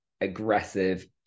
aggressive